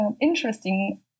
interesting